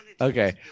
Okay